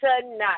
tonight